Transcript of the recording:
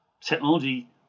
technology